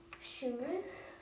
shoes